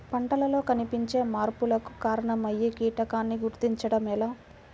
పంటలలో కనిపించే మార్పులకు కారణమయ్యే కీటకాన్ని గుర్తుంచటం ఎలా?